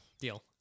deal